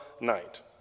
night